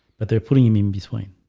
but they're putting him in between